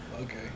okay